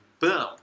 boom